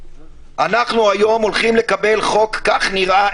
אנחנו הולכים היום לקבל חוק כך נראה,